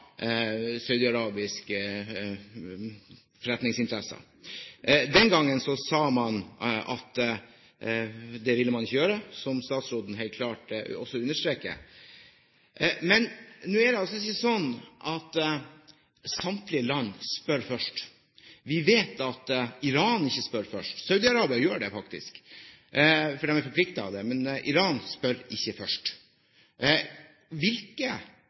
saudiarabiske forretningsinteresser. Den gangen sa man at det ville man ikke gjøre, som statsråden helt klart også understreket. Men det er altså ikke slik at samtlige land spør først. Vi vet at Iran ikke spør først. Saudi-Arabia gjør det faktisk, for de er forpliktet til det. Men Iran spør ikke først. Hvilke